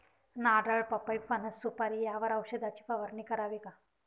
नारळ, पपई, फणस, सुपारी यावर औषधाची फवारणी करावी का?